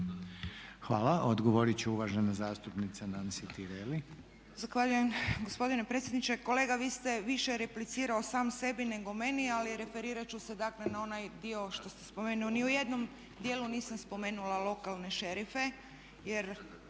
Hvala. Odgovorit će uvažena zastupnica Nansi Tireli.